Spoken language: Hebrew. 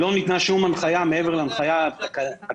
לא ניתנה שום הנחיה מעבר להנחיה התקנתית